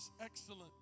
excellent